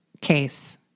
case